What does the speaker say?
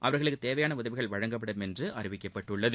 அவர்களுக்கு தேவையான உதவி வழங்கப்படும் என்று அறிவிக்கபபட்டுள்ளது